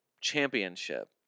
championship